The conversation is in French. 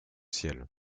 ciel